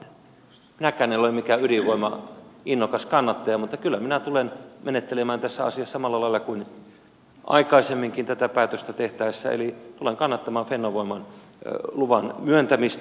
minäkään en ole mikään ydinvoiman innokas kannattaja mutta kyllä minä tulen menettelemään tässä asiassa samalla lailla kuin aikaisemminkin tätä päätöstä tehtäessä eli tulen kannattamaan fennovoiman luvan myöntämistä